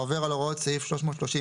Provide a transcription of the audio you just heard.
העובר על הוראות סעיף 330טז(ד),